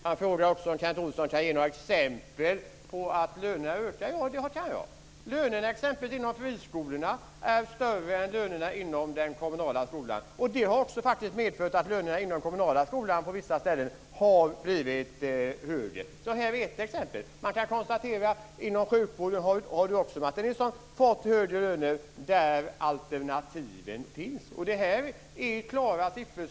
Han frågade också om jag kunde ge några exempel på att lönerna ökar. Ja, det kan jag. Lönerna inom exempelvis friskolorna är högre än lönerna inom den kommunala skolan. Det har också medfört att lönerna inom den kommunala skolan på vissa ställen har blivit högre. Det här är ett exempel. Man kan konstatera att de inom sjukvården också har fått högre löner där alternativen finns. Det här är klara siffror.